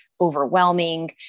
overwhelming